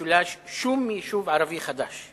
מאז 1948 לא נבנה בגליל ובמשולש שום יישוב ערבי חדש.